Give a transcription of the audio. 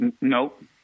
Nope